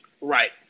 right